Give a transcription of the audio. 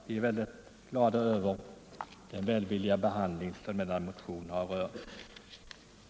Vi är mycket glada över den välvilliga behandling som denna motion har rönt.